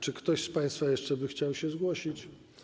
Czy ktoś z państwa jeszcze by chciał się zgłosić?